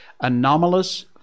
anomalous